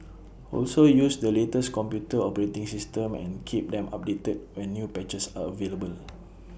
also use the latest computer operating system and keep them updated when new patches are available